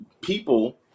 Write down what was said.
people